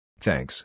Thanks